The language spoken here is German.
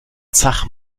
zach